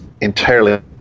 entirely